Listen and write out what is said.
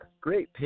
great